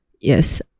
Yes